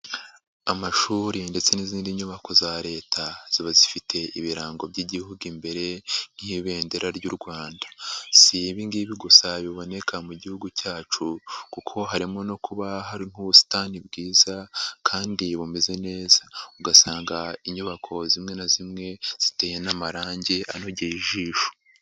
Amashuri ndetse n'izindi nyubako za Leta, ziba zifite ibirango by'igihugu imbere nk'ibendera ry'u Rwanda. Si ibi ngibi gusa biboneka mu gihugu cyacu kuko harimo no kuba hari nk'ubusitani bwiza kandi bumeze neza. Ugasanga inyubako zimwe na zimwe ziteye n'amarangi anogeye ijisho.